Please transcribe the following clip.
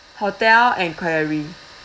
hotel enquiry